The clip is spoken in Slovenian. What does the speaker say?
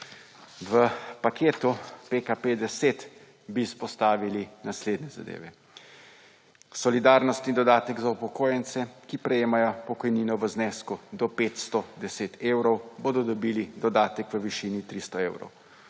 V paketu PKP10 bi izpostavili naslednje zadeve. Solidarnostni dodatek za upokojenci, ki prejemajo pokojnino v znesku do 510 evrov, bodo dobili dodatek v višini 300 evrov.